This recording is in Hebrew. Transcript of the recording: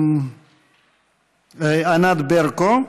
ענת ברקו.